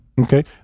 Okay